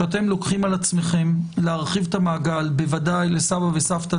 שאתם לוקחים על עצמכם להרחיב את המעגל בוודאי לסבא וסבתא,